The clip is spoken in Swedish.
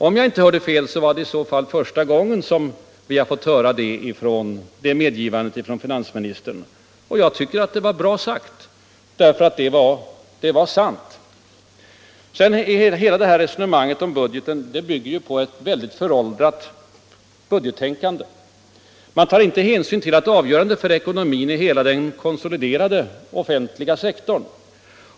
Om jag inte hörde fel, var det i så fall första gången som vi har fått höra det medgivandet av finansministern. Jag tycker att det var bra sagt därför att det var sant. Hela det här resonemanget om budgetunderskottet bygger på ett föråldrat budgettänkande. Man tar inte hänsyn till att det som är avgörande för ekonomin är hela den konsoliderade offentliga sektorn.